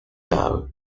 know